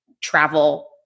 travel